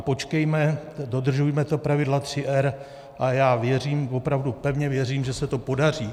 Počkejme, dodržujme ta pravidla 3 R a já věřím, opravdu pevně věřím, že se to podaří.